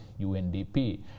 UNDP